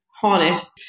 harness